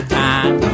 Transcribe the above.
time